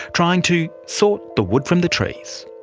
trying to sort the wood from the trees.